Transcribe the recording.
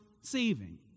saving